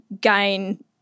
gain